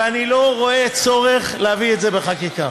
ואני לא רואה צורך להביא את זה בחקיקה.